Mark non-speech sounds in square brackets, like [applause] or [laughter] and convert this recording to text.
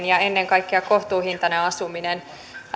[unintelligible] ja ennen kaikkea kohtuuhintaista asumista